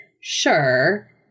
Sure